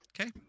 Okay